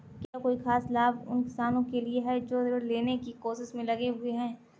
क्या कोई खास लाभ उन किसानों के लिए हैं जो ऋृण लेने की कोशिश में लगे हुए हैं?